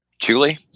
Julie